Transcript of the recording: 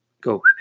go